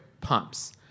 pumps